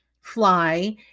fly